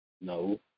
No